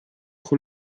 con